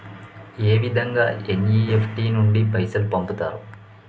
ఏ విధంగా ఎన్.ఇ.ఎఫ్.టి నుండి పైసలు పంపుతరు?